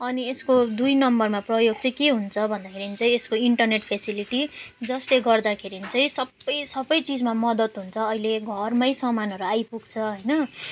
अनि यसको दुई नम्बरमा प्रयोग चाहिँ के हुन्छ भन्दाखेरि चाहिँ यसको इन्टरनेट फेसिलिटी जसले गर्दाखेरि चाहिँ सब सब चिजमा मदत हुन्छ अहिले घरमा सामानहरू आइपुग्छ होइन